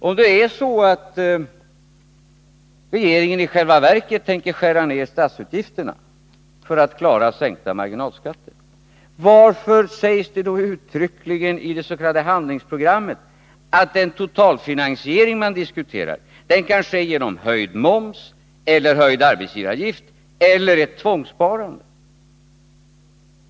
Om det är så att regeringen i själva verket tänker skära ner statsutgifterna för att klara sänkta marginalskatter, varför sägs det då uttryckligen i det s.k. handlingsprogrammet att den totalfinansiering man diskuterar kan ske genom höjd moms eller höjda arbetsgivaravgifter eller ett tvångssparande?